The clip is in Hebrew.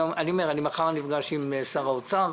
מחר אפגש עם שר האוצר.